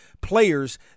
players